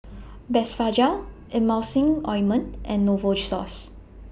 Blephagel Emulsying Ointment and Novosource